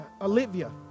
Olivia